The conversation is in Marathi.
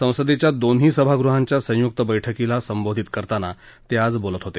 संसदेच्या दोन्ही सभागृहांच्या संयुक्त बैठकीला संबोधित करताना ते आज बोलत होते